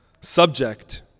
subject